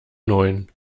neun